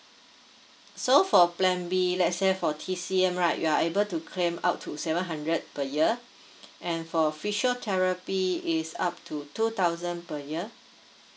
so for plan B let's say for T_C_M right you are able to claim up to seven hundred per year and for physiotherapy it is up to two thousand per year